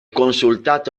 consultato